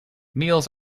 meals